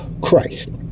Christ